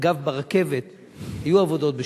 אגב, ברכבת היו עבודות בשבת,